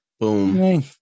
boom